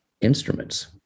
instruments